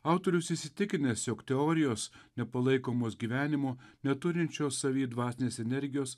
autorius įsitikinęs jog teorijos nepalaikomos gyvenimo neturinčios savy dvasinės energijos